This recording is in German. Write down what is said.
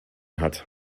hat